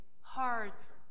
hearts